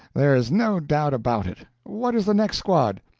there is no doubt about it. what is the next squad?